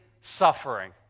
suffering